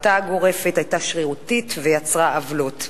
ההפרטה הגורפת היתה שרירותית ויצרה עוולות.